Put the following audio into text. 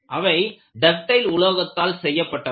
அவை டக்டைல் உலோகத்தால் செய்யப்பட்டவை